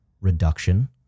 reduction